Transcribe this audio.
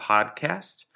Podcast